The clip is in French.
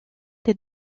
des